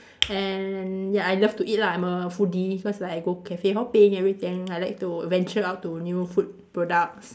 and ya I love to eat lah I'm a foodie cause like I go cafe hopping everything I like to venture out to new food products